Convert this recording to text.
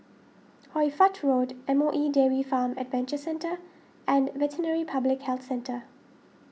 Hoy Fatt Road M O E Dairy Farm Adventure Centre and Veterinary Public Health Centre